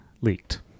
leaked